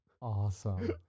Awesome